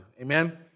Amen